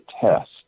test